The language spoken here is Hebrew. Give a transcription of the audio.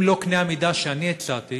אם לא קנה המידה שאני הצעתי,